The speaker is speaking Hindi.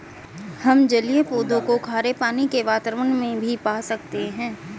हम जलीय पौधों को खारे पानी के वातावरण में भी पा सकते हैं